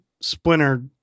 Splinter